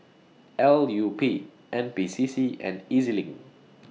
L U P N P C C and Ez LINK